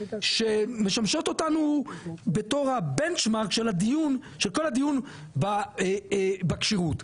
שמשמשות אותנו בתור הבנצ'מרק של כל הדיון בכשירות,